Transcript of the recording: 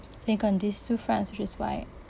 think on these two fronts which is why